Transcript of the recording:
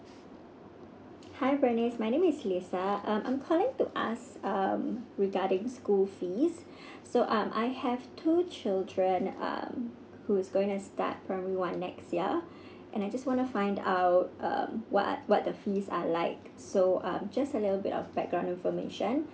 hi bernice my name is lisa um I'm calling to ask um regarding school fees so um I have two children um who's going to start primary one next year and I just want to find out um what are what the fees are like so um just a bit of background information